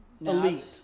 Elite